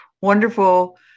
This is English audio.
wonderful